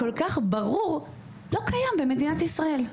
כל כך ברור לא קיים במדינת ישראל,